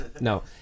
No